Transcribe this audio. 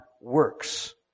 works